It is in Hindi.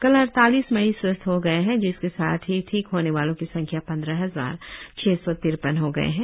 कल अड़तालीस मरीज स्वस्थ हो गए जिसके साथ ही ठीक होने वालों की संख्या पंद्रह हजार छह सौ तिरपन हो गए है